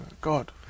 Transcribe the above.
God